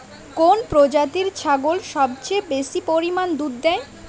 কোন প্রজাতির ছাগল সবচেয়ে বেশি পরিমাণ দুধ দেয়?